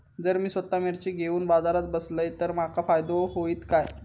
जर मी स्वतः मिर्ची घेवून बाजारात बसलय तर माका फायदो होयत काय?